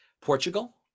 Portugal